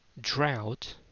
Drought